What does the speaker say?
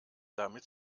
damit